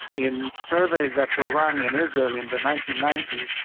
in surveys that were run in israel in the nineteen ninety s,